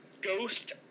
Ghost